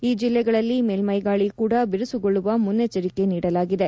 ಈ ಜಿಲ್ಲೆಗಳಲ್ಲಿ ಮೇಲ್ಟೈ ಗಾಳಿ ಕೂಡಾ ಬಿರುಸುಗೊಳ್ಳುವ ಮುನ್ನೆಚ್ಚರಿಕೆ ನೀಡಲಾಗಿದೆ